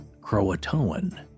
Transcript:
Croatoan